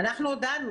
אנחנו הודענו.